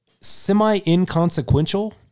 Semi-inconsequential